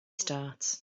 start